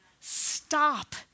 stop